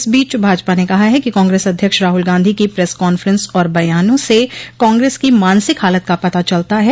इस बीच भाजपा ने कहा है कि कांग्रेस अध्यक्ष राहुल गांधी की प्रेस कांफ्रेंस और बयानों से कांग्रेस की मानसिक हालत का पता चलता है